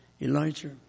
Elijah